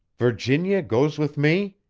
virginia goes with me?